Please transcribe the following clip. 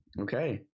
Okay